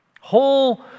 Whole